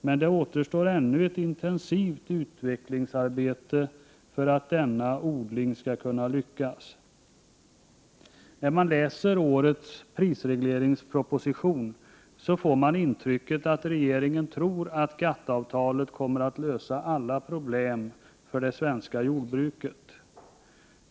Men det behövs ett intensivt utvecklingsarbete för att denna odling skall lyckas. När man läser årets prisregleringsproposition får man ett intryck av att regeringen tror att GATT-avtalet kommer att lösa alla problem för det svenska jordbruket.